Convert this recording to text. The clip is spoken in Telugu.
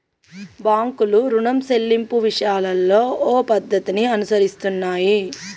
బాంకులు రుణం సెల్లింపు విషయాలలో ఓ పద్ధతిని అనుసరిస్తున్నాయి